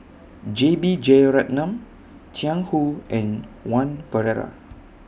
J B Jeyaretnam Jiang Hu and one Pereira